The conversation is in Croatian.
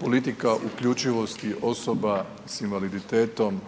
politika uključivosti osoba s invaliditetom